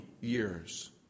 years